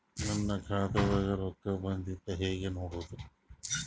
ನನ್ನ ಖಾತಾದಾಗ ರೊಕ್ಕ ಬಂದಿದ್ದ ಹೆಂಗ್ ನೋಡದು?